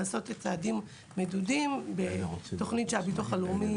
לעשות צעדים מדודים בתוכנית שהביטוח הלאומי